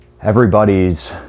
everybody's